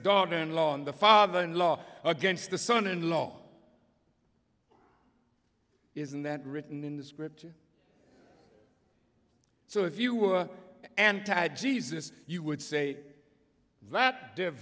daughter in law on the father in law against the son in law isn't that written in the scripture so if you were anti jesus you would say that